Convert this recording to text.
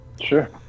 Sure